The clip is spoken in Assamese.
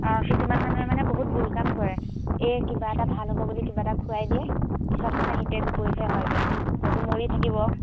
অঁ কিছুমান মানুহে মানে বহুত ভুল কাম কৰে এই কিবা এটা ভাল হ'ব বুলি কিবা এটা খুৱাই দিয়ে পিছত মানে হিতে বিপৰীতহে হয়গে হয়তো মৰিয়ে থাকিব